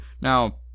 now